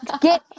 get